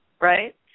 right